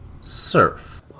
surf